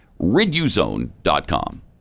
Riduzone.com